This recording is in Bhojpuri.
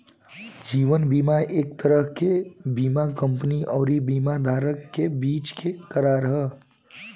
जीवन बीमा एक तरह के बीमा कंपनी अउरी बीमा धारक के बीच के करार ह